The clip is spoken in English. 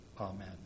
Amen